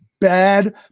bad